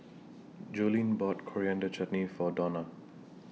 Joline bought Coriander Chutney For Dawna